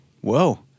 Whoa